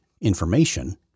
information